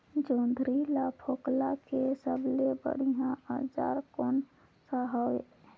जोंदरी ला फोकला के सबले बढ़िया औजार कोन सा हवे?